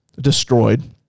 destroyed